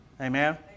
Amen